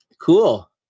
cool